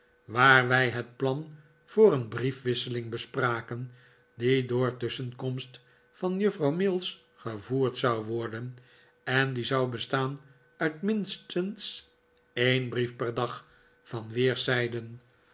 waar wij het plan voor een briefwisseling bespraken die door tusschenkomst van juffrouw mills gevoerd zou worden en die zou bestaan uit minstens een brief per dag van weerszijden